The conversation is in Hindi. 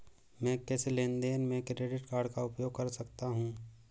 मैं किस लेनदेन में क्रेडिट कार्ड का उपयोग कर सकता हूं?